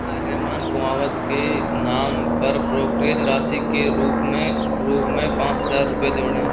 आर्यमान कुमावत के नाम पर ब्रोकरेज़ राशि के रूप में रूप में पाँच हज़ार रुपये जोड़ें